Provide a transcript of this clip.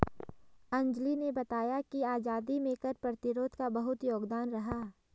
अंजली ने बताया कि आजादी में कर प्रतिरोध का बहुत योगदान रहा